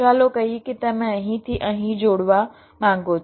ચાલો કહીએ કે તમે અહીંથી અહીં જોડવા માંગો છો